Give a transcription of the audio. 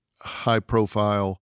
high-profile